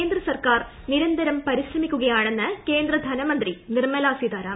കേന്ദ്ര സർക്കാർ നിരിന്ത്രം പരിശ്രമിക്കുകയാണെന്ന് കേന്ദ്ര ധനമന്ത്രി ്ട്രിർമ്മലാ സീതാരാമൻ